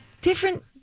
different